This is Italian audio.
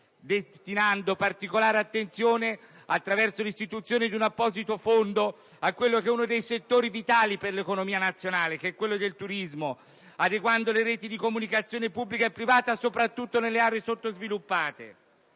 destinato particolare attenzione (attraverso l'istituzione di un apposito fondo) ad uno dei settori vitali dell'economia nazionale, quello del turismo. Abbiamo adeguato le reti di comunicazione pubblica e privata, soprattutto nelle aree sottosviluppate.